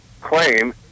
claim